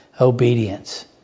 obedience